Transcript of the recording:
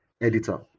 editor